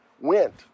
went